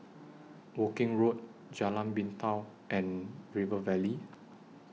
Woking Road Jalan Pintau and River Valley